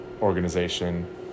organization